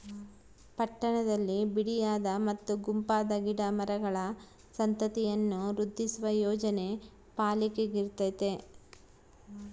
ಪಟ್ಟಣದಲ್ಲಿ ಬಿಡಿಯಾದ ಮತ್ತು ಗುಂಪಾದ ಗಿಡ ಮರಗಳ ಸಂತತಿಯನ್ನು ವೃದ್ಧಿಸುವ ಯೋಜನೆ ಪಾಲಿಕೆಗಿರ್ತತೆ